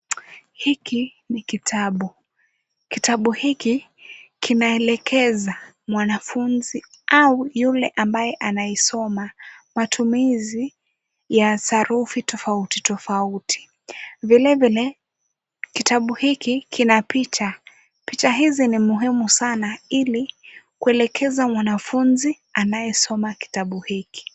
Hiki ni kitabu. Kitabu hiki kinaelekeza mwanafunzi au yule ambaye anaisoma matumizi ya sarufi tofauti tofauti. Vile vile, kitabu hiki kina picha. Picha hizi ni muhimu sana ili kuelekeza mwanafunzi anayesoma kitabu hiki.